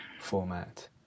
format